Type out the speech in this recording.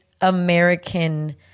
American